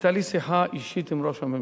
היתה לי שיחה אישית עם ראש הממשלה.